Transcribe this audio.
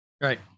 Right